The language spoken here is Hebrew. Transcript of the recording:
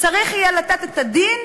צריך יהיה לתת את הדין,